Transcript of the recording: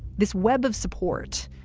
this web of support,